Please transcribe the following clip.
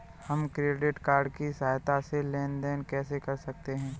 हम credit card की सहायता से लेन देन कैसे कर सकते हैं?